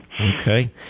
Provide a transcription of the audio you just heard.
Okay